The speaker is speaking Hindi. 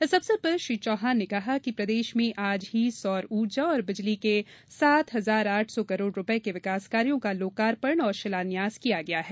इस अवसर पर श्री चौहान ने कहा कि प्रदेश में आज ही सौर ऊर्जा और बिजली के सात हजार आठ सौ करोड़ रुपये के विकासकार्यों का लोकार्पण और शिलान्यास किया गया है